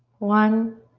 one.